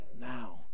now